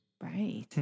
right